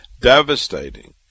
devastating